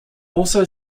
also